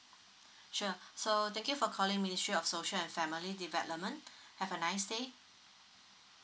sure so thank you for calling ministry of social and family development have a nice day